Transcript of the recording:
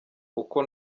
uko